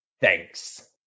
Thanks